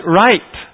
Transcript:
right